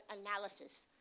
analysis